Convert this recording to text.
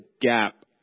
gap